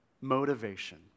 motivation